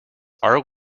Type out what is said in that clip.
are